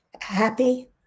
happy